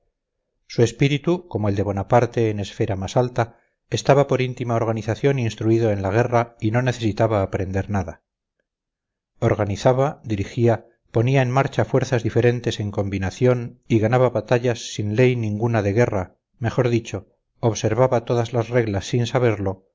su espíritu como el de bonaparte en esfera más alta estaba por íntima organización instruido en la guerra y no necesitaba aprender nada organizaba dirigía ponía en marcha fuerzas diferentes en combinación y ganaba batallas sin ley ninguna de guerra mejor dicho observaba todas las reglas sin saberlo